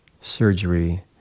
surgery